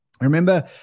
Remember